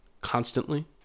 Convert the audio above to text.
constantly